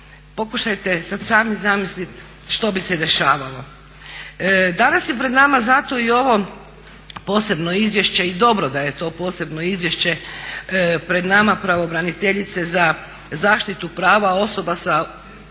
pokušajte sad sami zamisliti što bi se dešavalo. Danas je pred nama zato i ovo posebno izvješće i dobro da je to posebno izvješće pravobraniteljice za zaštitu prava osoba sa autizmom